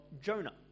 Jonah